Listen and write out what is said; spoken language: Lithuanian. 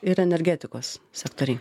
ir energetikos sektoriai